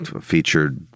featured